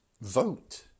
vote